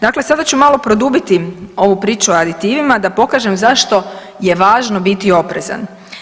Dakle, sada ću malo produbiti ovu priču o aditivima da pokažem zašto je važno biti oprezan.